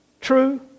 true